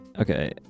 Okay